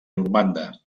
normanda